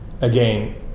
Again